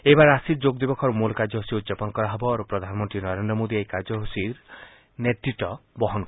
এইবাৰ ৰাঁচীত যোগ দিৱসৰ মূল কাৰ্যসূচী উদযাপন কৰা হ'ব আৰু প্ৰধানমন্ত্ৰী নৰেন্দ্ৰ মোদীয়ে এই কাৰ্যসূচীৰ নেতৃত্বা বহন কৰিব